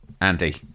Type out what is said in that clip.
Andy